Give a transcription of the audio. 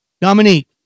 Dominique